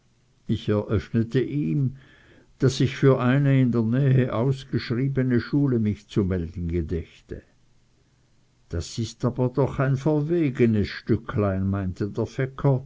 ich eröffnete ihm daß ich für eine in der nähe ausgeschriebene schule mich zu melden gedächte das ist aber doch ein verwegenes stücklein meinte der